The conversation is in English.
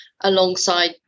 alongside